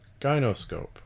gynoscope